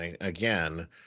again